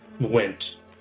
went